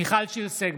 מיכל שיר סגמן,